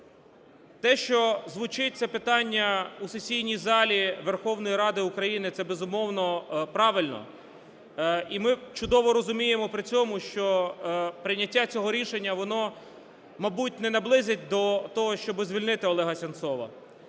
Те, що звучить це питання у сесійній залі Верховної Ради України – це, безумовно, правильно. І ми чудово розуміємо при цьому, що прийняття цього рішення, воно, мабуть, не наблизить до того, щоби звільнити Олега Сенцова.